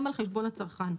גם על חשבון הצרכן.